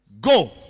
Go